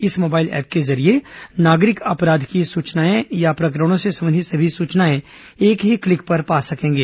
इस mobile app के जरिये नागरिक अपराध की सूचनाएं या प्रकरणों से संबंधित सभी सूचनाएं एक ही क्लिक पर पा सकेंगे